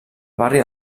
barri